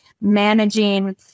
managing